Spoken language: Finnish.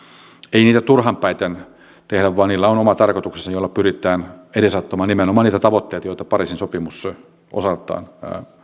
ei niitä turhan päiten tehdä vaan niillä on oma tarkoituksensa jolla pyritään edesauttamaan nimenomaan niitä tavoitteita joita pariisin sopimus osaltaan